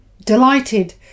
delighted